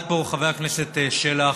עמדו פה חבר הכנסת שלח